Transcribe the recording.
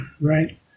right